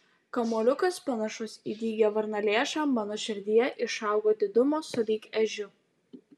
kamuoliukas panašus į dygią varnalėšą mano širdyje išaugo didumo sulig ežiu